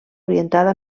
orientada